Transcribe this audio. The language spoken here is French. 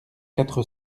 quatre